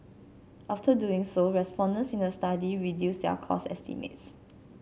after doing so respondents in the study reduced their cost estimates